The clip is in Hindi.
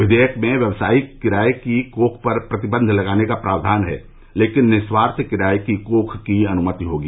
विघेयक में व्यावसायिक किराए की कोख पर प्रतिबंध लगाने का प्राव्धान है लेकिन निस्वार्थ किराए की कोख की अनुमति होगी